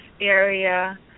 area